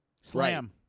Slam